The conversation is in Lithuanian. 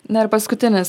na ir paskutinis